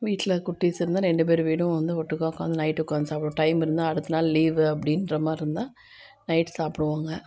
வீட்டில் குட்டிஸ் இருந்தால் ரெண்டு பேர் வீடும் வந்து ஒட்டுக்காக உட்காந்து நைட்டு உட்காந்து சாப்பிட டைம் இருந்தால் அடுத்த நாள் லீவு அப்படின்ற மாதிரி இருந்தால் நைட்டு சாப்பிடுவோங்க